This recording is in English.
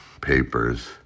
papers